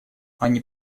они